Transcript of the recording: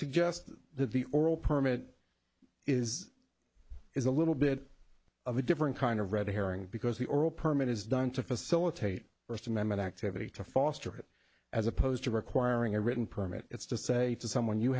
that the oral permit is is a little bit of a different kind of red herring because the oral permit is done to facilitate first amendment activity to foster it as opposed to requiring a written permit it's to say to someone you